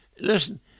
listen